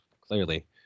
clearly